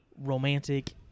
romantic